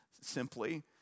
simply